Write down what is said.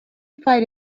fight